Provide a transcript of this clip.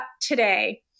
today